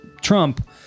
Trump